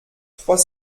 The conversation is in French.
trois